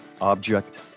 object